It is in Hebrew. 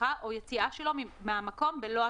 וההשגחה או יציאה שלו מהמקום בלא השגחה,